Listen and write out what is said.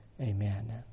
Amen